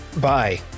bye